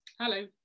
Hello